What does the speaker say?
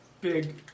big